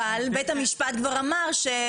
אבל בית המשפט כבר קבע,